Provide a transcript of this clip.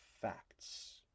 facts